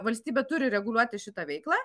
valstybė turi reguliuoti šitą veiklą